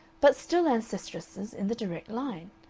but still ancestresses in the direct line,